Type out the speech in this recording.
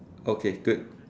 okay good